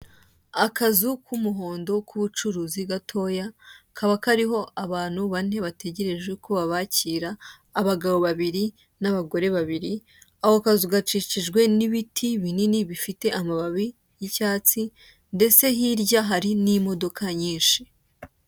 Akazu k'umuhondo k'ubucuruzi gatoya kaba kariho abantu bane bategereje ko bababkira abagabo babiri n'abagore babiri, ako kazu gakikijwe n'ibiti binini bifite amababi y'icyatsi ndetse hirya hari n'imodoka nyinshi.